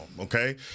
okay